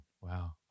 Wow